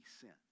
sent